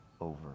over